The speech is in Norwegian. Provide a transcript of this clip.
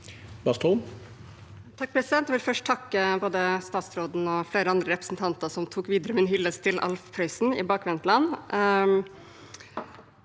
Bastholm (MDG) Jeg vil først takke både statsråden og flere andre representanter som tok videre min hyllest til Alf Prøysen og bakvendtland.